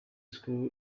school